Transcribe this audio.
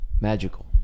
Magical